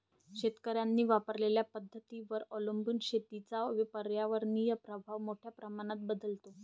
शेतकऱ्यांनी वापरलेल्या पद्धतींवर अवलंबून शेतीचा पर्यावरणीय प्रभाव मोठ्या प्रमाणात बदलतो